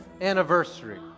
anniversary